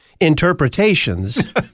interpretations